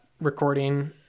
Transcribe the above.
recording